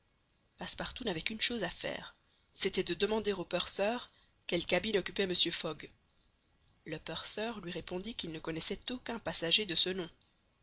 passepartout n'avait qu'une chose à faire c'était de demander au purser quelle cabine occupait mr fogg le purser lui répondit qu'il ne connaissait aucun passager de ce nom